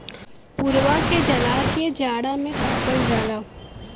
पुवरा के जला के जाड़ा में तापल जाला